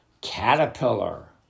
Caterpillar